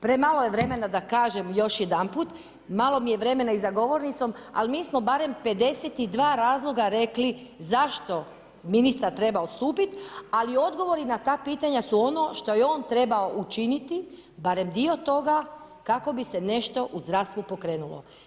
Premalo je vremena da kažem još jedanput, malo mi je vremena i za govornicom ali mi smo barem 52 razloga rekli zašto ministar treba odstupiti ali odgovori na ta pitanja su ono što je on trebao učiniti, barem dio toga kako bi se nešto u zdravstvu pokrenulo.